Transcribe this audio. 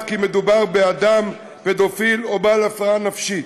שמדובר באדם פדופיל או בעל הפרעה נפשית.